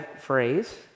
phrase